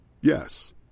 Yes